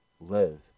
live